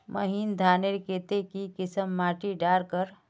महीन धानेर केते की किसम माटी डार कर?